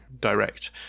direct